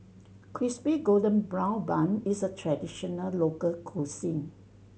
Crispy Golden Brown Bun is a traditional local cuisine